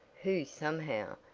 who somehow,